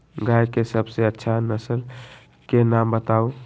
गाय के सबसे अच्छा नसल के नाम बताऊ?